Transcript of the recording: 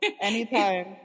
anytime